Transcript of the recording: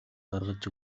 гаргаж